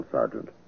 Sergeant